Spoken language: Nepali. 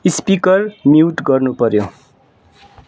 स्पिकर म्युट गर्नुपऱ्यो